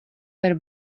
par